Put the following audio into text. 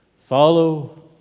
Follow